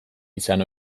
izan